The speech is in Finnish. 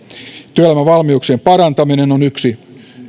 työelämävalmiuksien parantaminen on yksi